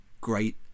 great